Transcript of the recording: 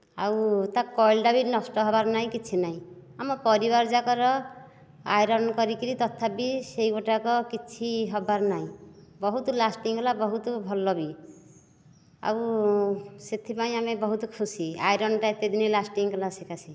ଆଉ ତା କଏଲ ଟା ବି ନଷ୍ଟ ହବାର ନାହିଁ କିଛି ନାହିଁ ଆମ ପରିବାର ଯାକ ର ଆଇରନ କରିକରି ତଥାବି ସେଇ ଗୋଟାକ କିଛି ହବାର ନାହିଁ ବହୁତ ଲାଷ୍ଟିଙ୍ଗ ଗଲା ବହୁତ ଭଲ ବି ଆଉ ସେଥିପାଇଁ ଆମେ ବହୁତ ଖୁସି ଆଇରନ ଟା ଏତେ ଦିନ ଲାଷ୍ଟିଙ୍ଗ କଲା ସେକାଶେ